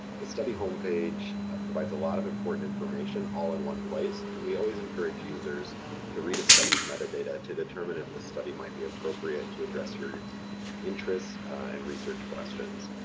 the study homepage provides a lot of important information all in one place. and we always encourage users to read a study's metadata to determine if the study might be appropriate to address your your interests and research questions.